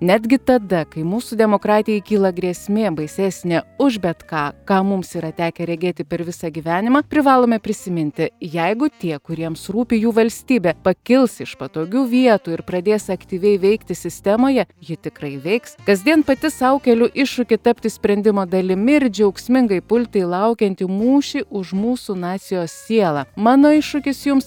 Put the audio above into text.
netgi tada kai mūsų demokratijai kyla grėsmė baisesnė už bet ką ką mums yra tekę regėti per visą gyvenimą privalome prisiminti jeigu tie kuriems rūpi jų valstybė pakils iš patogių vietų ir pradės aktyviai veikti sistemoje ji tikrai veiks kasdien pati sau keliu iššūkį tapti sprendimo dalimi ir džiaugsmingai pulti į laukiantį mūšį už mūsų nacijos sielą mano iššūkis jums